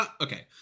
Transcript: okay